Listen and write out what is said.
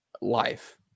life